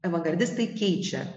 avangardistai keičia